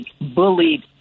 bullied